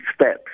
steps